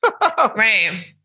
Right